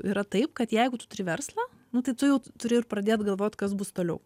yra taip kad jeigu tu turi verslą nu tai tu jau turi ir pradėt galvot kas bus toliau